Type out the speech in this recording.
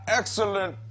excellent